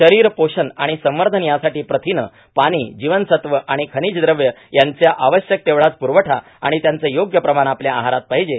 शरीरपोषण आणि संवर्धन यासाठी प्रथिने पाणी जीवनसत्व आणि खनिज द्रव्ये हयांचा आवश्यक तेवढाच प्रखठा आणि त्याचे योग्य प्रमाण आपल्या आहारात पाहिजे